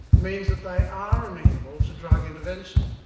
means that they are ammenable to drug intervention.